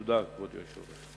תודה, כבוד היושב-ראש.